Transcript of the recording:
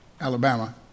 Alabama